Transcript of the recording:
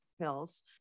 pills